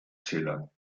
zeller